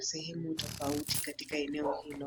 sehemu tofauti katika eneo hilo.